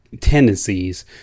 tendencies